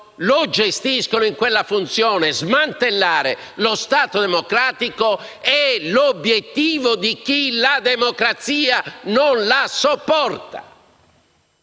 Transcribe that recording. lo gestiscono in quella funzione: smantellare lo Stato democratico è l'obiettivo di chi la democrazia non sopporta